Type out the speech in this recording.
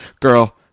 Girl